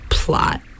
plot